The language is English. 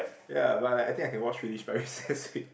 ya but like I think I can watch finish by recess week